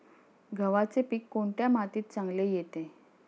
गव्हाचे पीक कोणत्या मातीत चांगले येते?